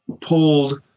pulled